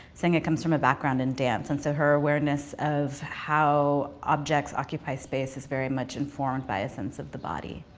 senga comes from a background in dance. and so, her awareness of how objects occupy space is very much informed by a sense of the body.